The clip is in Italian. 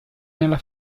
nella